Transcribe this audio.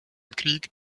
krieg